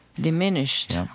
diminished